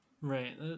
Right